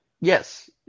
Yes